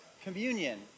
communion